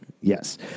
Yes